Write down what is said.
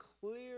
clear